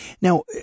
Now